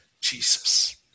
jesus